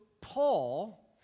Paul